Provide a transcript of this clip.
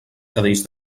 cadells